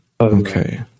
Okay